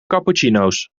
cappuccino’s